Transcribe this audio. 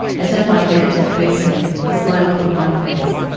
i turned my head to face him a sly look on my face.